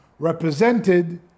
represented